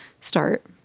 start